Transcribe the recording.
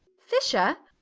fisher?